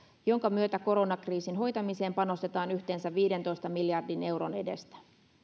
jonka myötä koronakriisin hoitamiseen panostetaan yhteensä viidentoista miljardin euron edestä